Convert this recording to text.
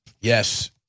Yes